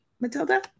Matilda